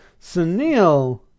Sunil